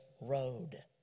road